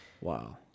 Wow